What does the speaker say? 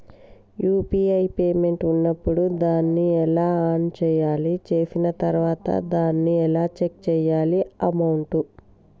UPI payment ఉన్నప్పుడు దాన్ని ఎలా ఆన్ చేయాలి? చేసిన తర్వాత దాన్ని ఎలా చెక్ చేయాలి అమౌంట్?